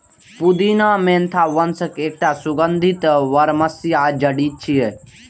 पुदीना मेंथा वंशक एकटा सुगंधित बरमसिया जड़ी छियै